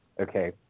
Okay